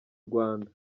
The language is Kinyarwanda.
rwanda